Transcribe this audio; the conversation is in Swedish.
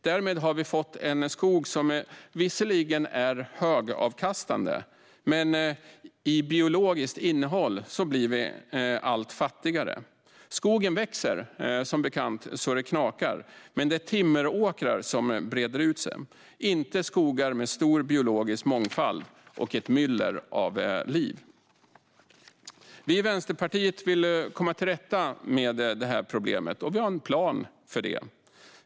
Därmed har vi fått en skog som visserligen är högavkastande, men i fråga om biologiskt innehåll blir den allt fattigare. Skogen växer, som bekant, så det knakar. Men det är timmeråkrar som breder ut sig, inte skogar med stor biologisk mångfald och ett myller av liv. Vi i Vänsterpartiet vill komma till rätta med detta problem, och vi har en plan för det.